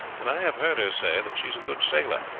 and i have heard her say that she is a good sailor.